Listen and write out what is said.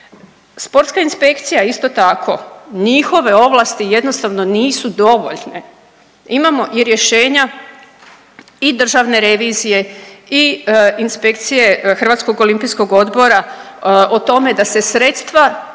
Sportska inspekcija isto tako, njihove ovlasti jednostavno nisu dovoljne. Imamo i rješenja i državne revizije i inspekcije Hrvatskog olimpijskog odbora o tome da se sredstava